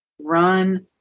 run